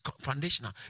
foundational